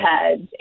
heads